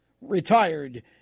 retired